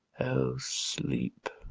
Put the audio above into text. o sleep,